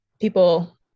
people